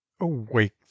Awake